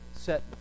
set